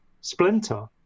splinter